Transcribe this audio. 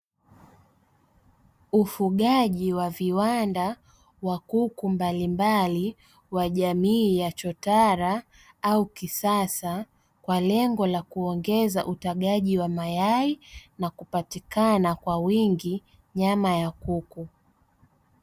Ufugaji wa viwanda wa kuku mbalimbali wa jamii ya chotara au kisasa kwa lengo la kuongeza utagaji wa mayai na kupatikana kwa wingi nyama ya kuku.